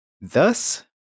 Thus